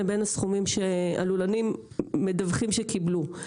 לבין הסכומים שהלולנים מדווחים שקיבלו.